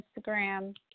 Instagram